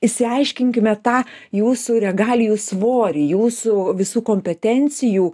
išsiaiškinkime tą jūsų regalijų svorį jūsų visų kompetencijų